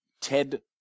Ted